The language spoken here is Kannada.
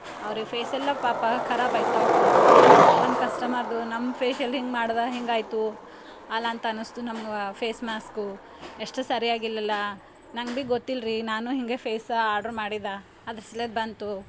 ಅವ್ರಿಗೆ ಫೇಸ್ ಎಲ್ಲ ಪಾಪ ಖರಾಬಾಯ್ತು ಅವ್ರದ್ದು ಒನ್ ಕಸ್ಟಮರ್ದು ನಮ್ಮ ಫೇಶಿಯಲ್ ಹಿಂಗ ಮಾಡ್ದೆ ಹಿಂಗಾಯ್ತು ಅಲ್ಲಂತನ್ನಿಸ್ತು ನಮ್ಗೆ ಫೇಸ್ ಮಾಸ್ಕು ಎಷ್ಟು ಸರಿಯಾಗಿಲ್ಲಲ್ಲ ನಂಗೆ ಭೀ ಗೊತ್ತಿಲ್ರಿ ನಾನು ಹಿಂಗೆ ಫೇಸ ಆರ್ಡ್ರ್ ಮಾಡಿದ ಅದರ ಸಲೆದ ಬಂತು